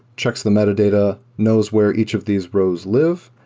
checks the metadata, knows where each of these rows live,